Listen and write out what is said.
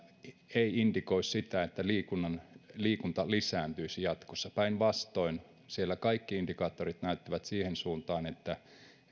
ei indikoi sitä että liikunta lisääntyisi jatkossa päinvastoin siellä kaikki indikaattorit näyttävät siihen suuntaan että